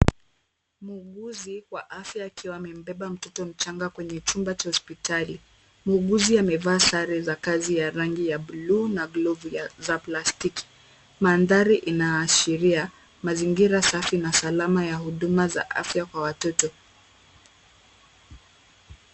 Mguuzi wa afya akiwa amembeba mtoto mchanga kwenye chumba cha hospitali. Muuguzi amevaa sare za kazi na ya rangi ya blue na glovu za plasitiki. Maandhari inaashiria mazingira safi na salama ya huduma za afya kwa watoto.